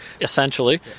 Essentially